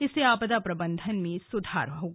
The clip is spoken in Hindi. इससे आपदा प्रबंधन में सुधार आएगा